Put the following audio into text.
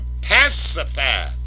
pacify